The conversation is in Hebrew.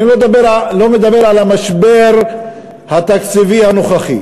אני לא מדבר על משבר התקציב הנוכחי.